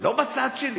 לא בצד שלי